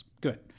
Good